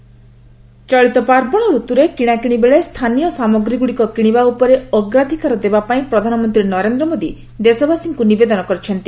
ମନ୍ କି ବାତ୍ ଚଳିତ ପାର୍ବଣ ଋତୁରେ କିଣାକିଣି ବେଳେ ସ୍ଥାନୀୟ ସାମଗ୍ରୀଗୁଡ଼ିକ କିଣିବା ଉପରେ ଅଗ୍ରାଧିକାର ଦେବା ପାଇଁ ପ୍ରଧାନମନ୍ତ୍ରୀ ନରେନ୍ଦ୍ର ମୋଦୀ ଦେଶବାସୀଙ୍କୁ ନିବେଦନ କରିଛନ୍ତି